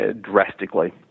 drastically